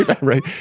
right